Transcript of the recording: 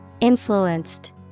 Influenced